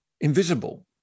invisible